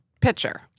pitcher